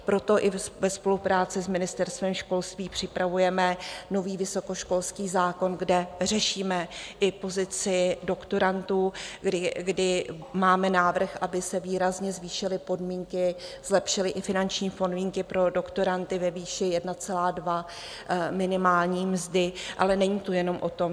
Proto i ve spolupráci s Ministerstvem školství připravujeme nový vysokoškolský zákon, kde řešíme i pozici doktorandů, kdy máme návrh, aby se výrazně zvýšily podmínky, zlepšily i finanční podmínky pro doktorandy ve výši 1,2 minimální mzdy, ale není to jenom o tom.